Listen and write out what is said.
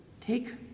take